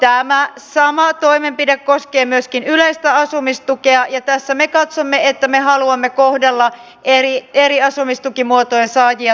tämä sama toimenpide koskee myöskin yleistä asumistukea ja tässä me katsomme että me haluamme kohdella eri asumistukimuotojen saajia tasavertaisesti